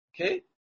Okay